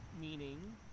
Meaning